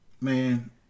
man